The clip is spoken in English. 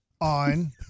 on